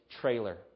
trailer